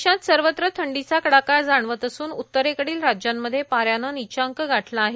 देशात सर्वत्र थंडीचा कडाका जाणवत असून उत्तरेकडील राज्यांमध्ये पाऱ्यानं निच्चांक गाठला आहे